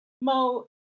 Mo